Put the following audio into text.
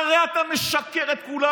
הרי אתה משקר לכולם.